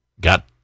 got